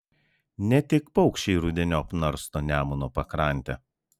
ne tik paukščiai rudeniop narsto nemuno pakrantę